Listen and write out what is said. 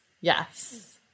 Yes